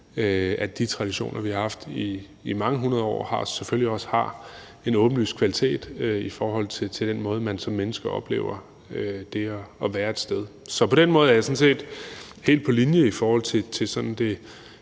de traditioner, vi har haft i mange hundrede år, selvfølgelig også har en åbenlys kvalitet i forhold til den måde, man som menneske oplever det at være et sted. Så på den måde er jeg sådan set helt på linje i forhold til det